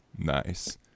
Nice